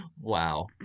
Wow